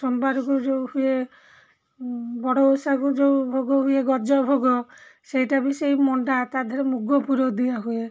ସୋମବାରକୁ ଯେଉଁ ହୁଏ ବଡ଼ ଓଷାକୁ ଯେଉଁ ଭୋଗ ହୁଏ ଗଜା ଭୋଗ ସେଇଟା ବି ସେଇ ମଣ୍ଡା ତା' ଦେହରେ ମୁଗ ପୁର ଦିଆ ହୁଏ